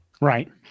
right